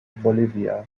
bolivia